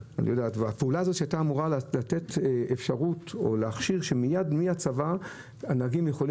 הפעולה שהייתה אמורה להכשיר שמיד מן הצבא הנהגים יוכלו